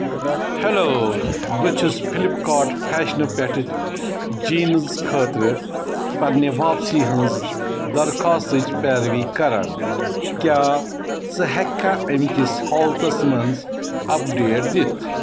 hello بہٕ چھُس Flipkart فیشنہٕ پٮ۪ٹھٕ جیٖنٕز خٲطرٕ پنٛنہِ واپسی ہِنٛز درخواستٕچ پیروی کران کیٛاہ ژٕ ہٮ۪ککھا اَمہِ کِس حالتس منٛز اپڈیٹ دِتھ